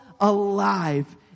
alive